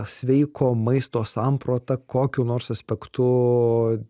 sveiko maisto samprata kokiu nors aspektu